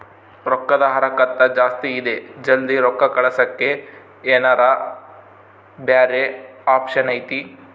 ರೊಕ್ಕದ ಹರಕತ್ತ ಜಾಸ್ತಿ ಇದೆ ಜಲ್ದಿ ರೊಕ್ಕ ಕಳಸಕ್ಕೆ ಏನಾರ ಬ್ಯಾರೆ ಆಪ್ಷನ್ ಐತಿ?